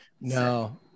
no